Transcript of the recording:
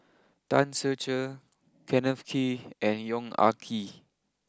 Tan Ser Cher Kenneth Kee and Yong Ah Kee